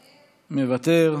מוותר.